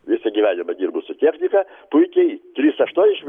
visą gyvenimą dirbu su technika puikiai trys aštuondešim